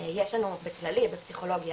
יש לנו בכללי בפסיכולוגיה,